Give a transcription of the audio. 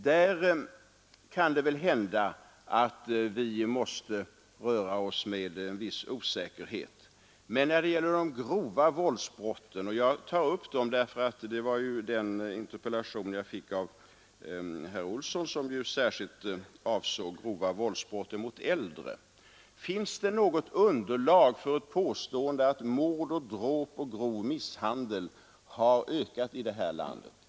Där kan det hända att vi måste röra oss med någon osäkerhet. Men när det gäller de grova våldsbrotten — jag tar upp dem därför att den interpellation som framställts till mig av herr Jonsson i Mora just avsåg grova våldsbrott mot äldre personer — finns det där något underlag för påståendet att mord, dråp och grov misshandel har ökat här i landet?